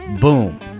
boom